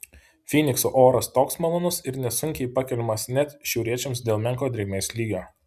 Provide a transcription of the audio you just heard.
fynikso oras toks malonus ir nesunkiai pakeliamas net šiauriečiams dėl menko drėgmės lygio